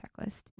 checklist